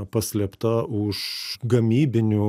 paslėpta už gamybinių